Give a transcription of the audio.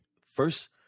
First